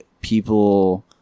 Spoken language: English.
people